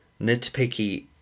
nitpicky